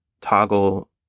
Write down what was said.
toggle